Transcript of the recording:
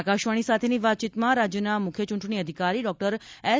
આકાશવાણી સાથેની વાતચીતમાં રાજ્યના મુખ્ય ચૂંટણી અધિકારી ડોક્ટર એસ